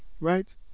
right